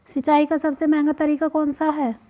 सिंचाई का सबसे महंगा तरीका कौन सा है?